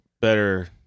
better